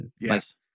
Yes